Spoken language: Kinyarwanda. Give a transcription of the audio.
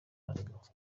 aribo